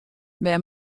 wêr